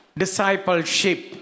discipleship